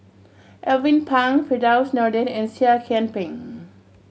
Alvin Pang Firdaus Nordin and Seah Kian Peng